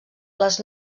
les